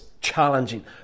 challenging